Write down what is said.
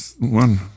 one